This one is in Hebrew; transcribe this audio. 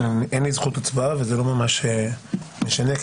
אין לי זכות הצבעה וזה לא ממש משנה כי